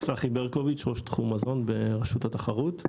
צחי ברקוביץ', ראש תחום מזון ברשות התחרות.